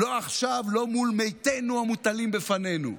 לא עכשיו, לא מול מתינו המוטלים בפנינו.